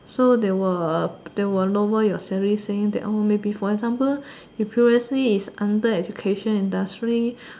so they will they will lower your salary saying that maybe for example you previously is under education industry